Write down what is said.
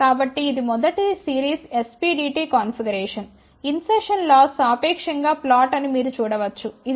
కాబట్టి ఇది మొదటి series SPDT configuration insertion loss సాపేక్షం గా ఫ్లాట్ అని మీరు చూడ వచ్చు ఇది దాదాపు 0